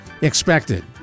expected